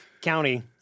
county